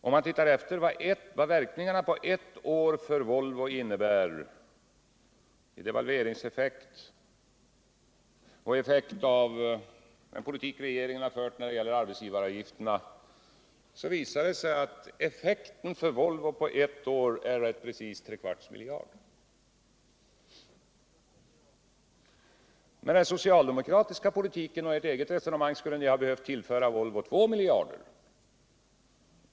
Om man ser efter vilka effekterna under ett år för Volvos del blir av devalveringen och av den politik som regeringen fört när det gäller arbetsgivaravgifterna, visar det sig att denna är precis tre kvarts miljard. Med den socialdemokratiska politiken och med ert resonemang skulle ni ha behövt tillföra Volvo två miljarder.